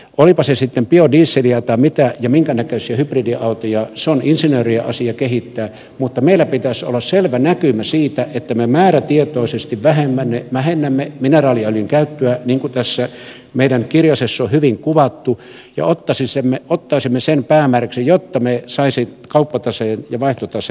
olipa se sitten biodieseliä tai mitä ja minkänäköisiä hybridiautoja se on insinöörien asia kehittää mutta meillä pitäisi olla selvä näkymä siitä että me määrätietoisesti vähennämme mineraaliöljyn käyttöä niin kuin tässä meidän kirjasessamme on hyvin kuvattu ja ottaisimme sen päämääräksi jotta me saisimme kauppataseen ja vaihtotaseen kuntoon